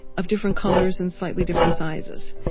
of different colors and slightly different sizes,